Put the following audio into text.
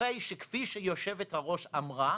אחרי שכפי שיושבת ראש הוועדה אמרה